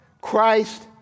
Christ